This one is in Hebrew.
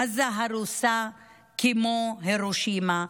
עזה הרוסה כמו הירושימה.